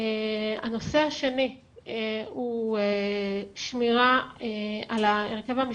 הנושא השני הוא שמירה על ההרכב המשפחתי,